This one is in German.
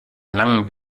langen